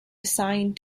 assigned